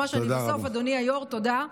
אני ממש בסוף, אדוני היו"ר, תודה.